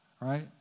right